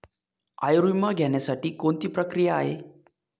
आयुर्विमा घेण्यासाठी कोणती प्रक्रिया आहे?